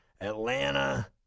Atlanta